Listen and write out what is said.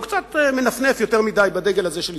הוא קצת מנפנף יותר מדי בדגל הזה של ישראל,